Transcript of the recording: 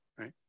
right